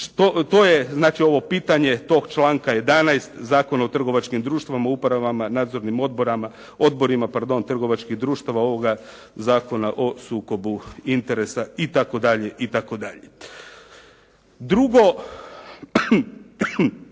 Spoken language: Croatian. znači ovo pitanje tog članka 11. Zakona o trgovačkim društvima, upravama, nadzornim odborima, pardon, trgovačkim društvima ovoga Zakona o sukobu interesa itd. itd.